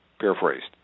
Paraphrased